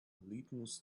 litmus